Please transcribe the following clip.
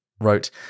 wrote